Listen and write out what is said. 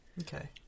okay